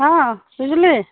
অঁ